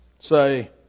Say